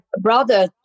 brother